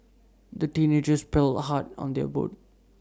the teenagers paddled hard on their boat